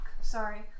Sorry